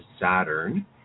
Saturn